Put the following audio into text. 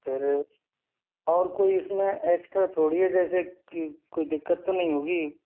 फिर और कोई इस में एक्स्ट्रा थोड़ी है जैसे कि कोई दिक्कत तो नहीं होगी